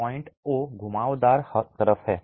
point ओ घुमावदार तरफ है